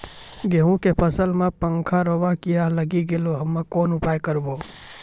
गेहूँ के फसल मे पंखोरवा कीड़ा लागी गैलै हम्मे कोन उपाय करबै?